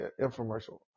infomercial